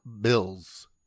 Bills